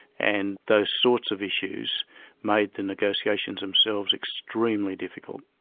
and those sorts of issues made the negotiations themselves extremely difficult.